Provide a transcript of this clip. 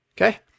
Okay